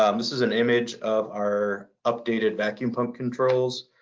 um this is an image of our updated vacuum pump controls.